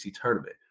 tournament